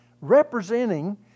representing